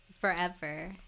forever